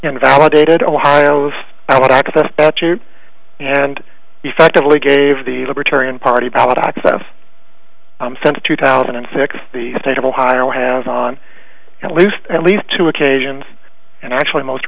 invalidated ohio and effectively gave the libertarian party since two thousand and six the state of ohio has on at least at least two occasions and actually most